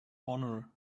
honor